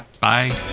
Bye